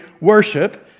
worship